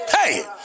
Hey